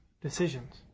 decisions